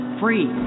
free